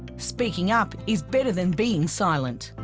speaking up is better than being silent.